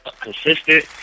consistent